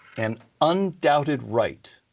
an undoubted right,